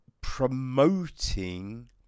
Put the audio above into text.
promoting